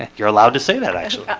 you're allowed to say that actually